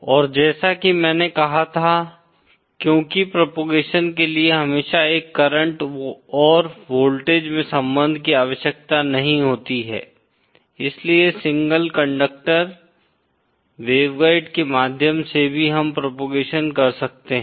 और जैसा कि मैंने कहा था क्योंकि प्रोपोगेशन के लिए हमेशा एक करंट और वोल्टेज में संबंध की आवश्यकता नहीं होती है इसलिए सिंगल कंडक्टर वेवगाइड के माध्यम से भी हम प्रोपोगेशन कर सकते हैं